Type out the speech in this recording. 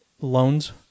loans